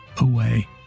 away